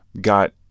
got